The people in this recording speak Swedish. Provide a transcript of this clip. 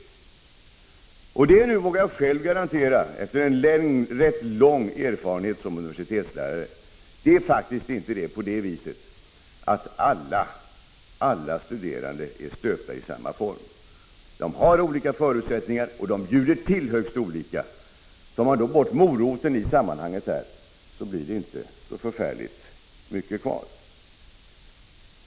Det är faktiskt inte så — det vågar jag själv garantera efter rätt lång erfarenhet som universitetslärare — att alla studerande är stöpta i samma form. De har olika förutsättningar och de bjuder till högst olika. Tar man då bort moroten i sammanhanget blir det inte så förfärligt mycket kvar.